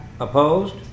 opposed